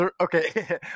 okay